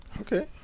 Okay